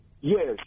Yes